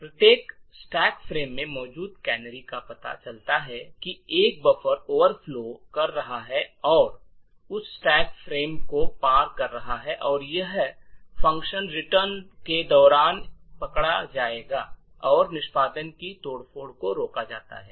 प्रत्येक stack frame में मौजूद कैनरी का पता चलता है कि एक बफर ओवरफ्लो कर रहा है और उस स्टैक फ्रेम को पार कर रहा है और यह फ़ंक्शन रिटर्न के दौरान पकड़ा जाएगा और निष्पादन की तोड़फोड़ को रोका जाता है